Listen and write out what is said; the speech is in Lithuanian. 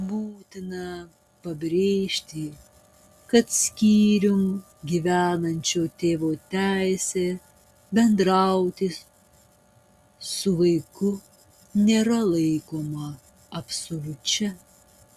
būtina pabrėžti kad skyrium gyvenančio tėvo teisė bendrauti su vaiku nėra laikoma absoliučia